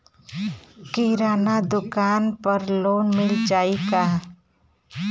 किराना दुकान पर लोन मिल जाई का?